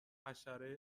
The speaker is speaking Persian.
حشره